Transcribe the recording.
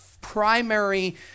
primary